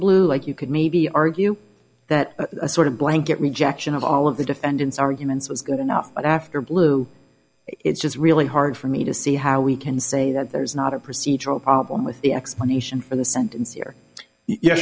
blue like you could maybe argue that a sort of blanket rejection of all of the defendant's arguments was good enough but after blue it's just really hard for me to see how we can say that there's not a procedural problem with the explanation for the sentence here y